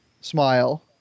smile